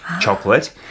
chocolate